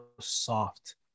soft